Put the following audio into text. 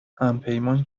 همپیمان